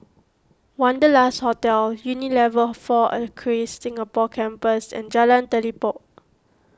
Wanderlust Hotel Unilever four Acres Singapore Campus and Jalan Telipok